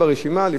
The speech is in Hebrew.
להם יש עדיפות.